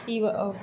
इव